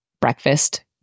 breakfast